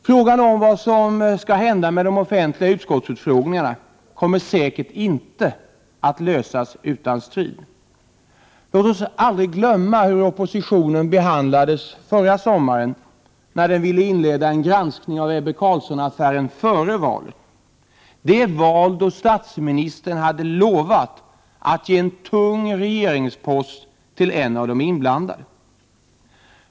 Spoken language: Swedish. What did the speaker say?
Frågan om vad som nu skall hända med de offentliga utskottsutfrågningarna kommer säkert inte att lösas utan strid. Låt oss aldrig glömma hur oppositionen behandlades förra sommaren när den ville inleda en granskning av Ebbe Carlsson-affären före valet — det val då statsministern hade lovat att ge en tung regeringspost till en av de inblandade.